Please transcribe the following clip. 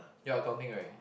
you're accounting right